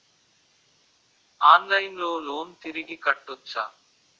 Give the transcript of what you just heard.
ఆన్లైన్లో లోన్ తిరిగి కట్టోచ్చా?